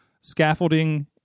scaffolding